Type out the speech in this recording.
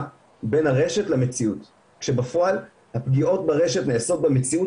בין הרשת למציאות כשבפועל הפגיעות ברשת נעשות במציאות